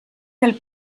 del